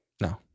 No